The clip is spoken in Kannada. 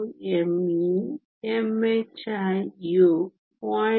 12 me mhi ಯು 0